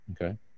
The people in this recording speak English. Okay